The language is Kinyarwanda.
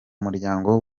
muryango